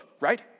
right